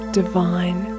divine